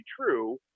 true